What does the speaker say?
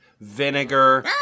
vinegar